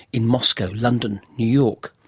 in moscow, london new york!